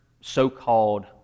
so-called